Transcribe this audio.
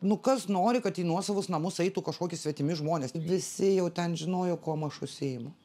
nu kas nori kad į nuosavus namus eitų kažkoki svetimi žmonės visi jau ten žinojo kuom aš užsiimu